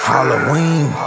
Halloween